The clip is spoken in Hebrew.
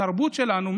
בתרבות שלנו,